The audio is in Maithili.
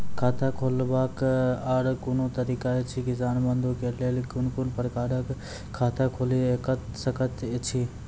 खाता खोलवाक आर कूनू तरीका ऐछि, किसान बंधु के लेल कून कून प्रकारक खाता खूलि सकैत ऐछि?